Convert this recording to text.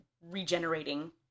regenerating